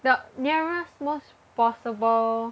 the nearest most possible